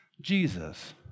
Jesus